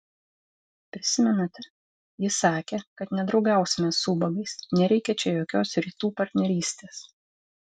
prisimenate ji sakė kad nedraugausime su ubagais nereikia čia jokios rytų partnerystės